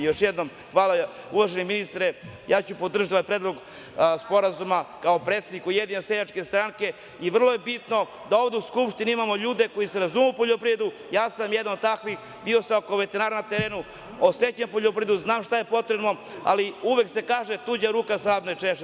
Još jednom, hvala uvaženi ministre, ja ću podržati predlog sporazuma kao predsednik USS i vrlo je bitno da ovde u Skupštini imamo ljude koji se razumeju u poljoprivredu, ja sam jedan od takvih, bio sam … (ne razume se) na terenu, osećam poljoprivredu, znam šta je potrebno, ali uvek se kaže – tuđa ruka svrab ne češe.